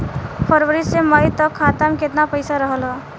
फरवरी से मई तक खाता में केतना पईसा रहल ह?